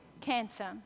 cancer